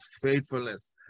faithfulness